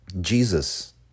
Jesus